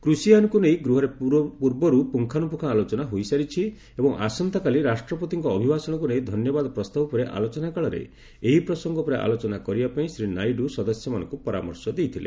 କୃଷିଆଇନକୁ ନେଇ ଗୃହରେ ପୂର୍ବରୁ ପୁଙ୍ଖାନୁପୁଙ୍ଗ ଆଲୋଚନା ହୋଇସାରିଛି ଏବଂ ଆସନ୍ତାକାଲି ରାଷ୍ଟ୍ରପତିଙ୍କ ଅଭିଭାଷଣକୁ ନେଇ ଧନ୍ୟବାଦ ପ୍ରସ୍ତାବ ଉପରେ ଆଲୋଚନା କାଳରେ ଏହି ପ୍ରସଙ୍ଗ ଉପରେ ଆଲୋଚନା କରିବା ପାଇଁ ଶ୍ରୀ ନାଇଡୁ ସଦସ୍ୟମାନଙ୍କୁ ପରାମର୍ଶ ଦେଇଥିଲେ